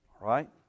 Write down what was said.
Right